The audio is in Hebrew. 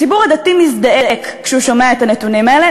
הציבור הדתי מזדעק כשהוא שומע את הנתונים האלה,